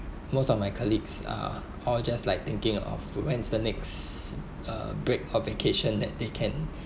most of my colleagues are all just like thinking of food when is the next uh break or vacation that they can